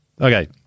Okay